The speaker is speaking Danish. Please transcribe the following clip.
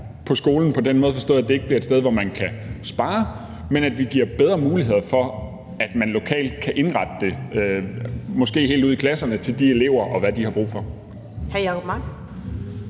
forstået på den måde, at det ikke bliver et sted, hvor man kan spare, men at vi giver bedre muligheder for, at man lokalt kan indrette det, måske helt ud i klasserne i forhold til eleverne, og hvad de har brug for. Kl. 14:22 Første